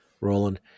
Roland